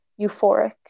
euphoric